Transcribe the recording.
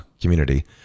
community